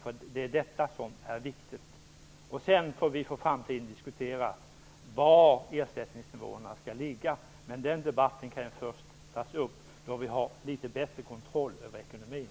Detta är alltså viktigt. Vi får senare diskutera var ersättningsnivåerna skall ligga i framtiden. Den debatten kan vi ta upp först när vi har litet bättre kontroll över ekonomin.